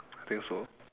think so